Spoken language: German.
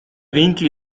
winkel